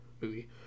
movie